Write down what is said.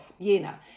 Jena